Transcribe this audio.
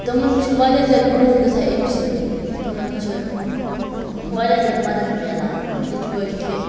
تِمَن چھِ واریاہ زیادٕ گروتھ گَژھان امہِ سۭتۍ تِمَن چھُ واریاہ زیادٕ مَدَد ملان یِتھ پٲٹھۍ کہِ